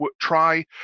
try